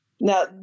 Now